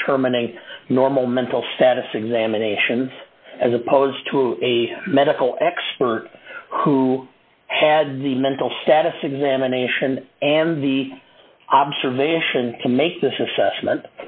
determining normal mental status examination as opposed to a medical expert who had the mental status examination and the observation to make this assessment